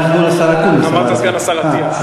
אמרת "סגן השר אטיאס".